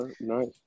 Nice